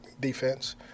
defense